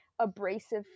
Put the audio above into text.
abrasive